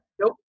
Nope